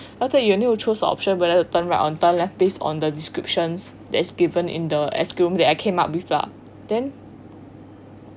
after that you are knew to choose option whether to turn right or turn left based on the descriptions that is given in the escape room that I came up with lah then